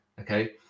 okay